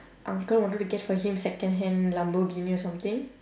uncle wanted to get for him second hand lamborghini or something